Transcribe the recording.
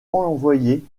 envoyée